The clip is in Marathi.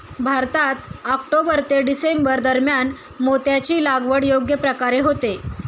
भारतात ऑक्टोबर ते डिसेंबर दरम्यान मोत्याची लागवड योग्य प्रकारे होते